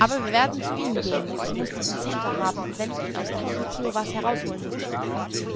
aber wir werden zu ihnen gehen ich muß diesen santer haben und wenn ich ihn aus tausend kiowas herausholen müßte